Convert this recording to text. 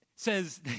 says